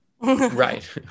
Right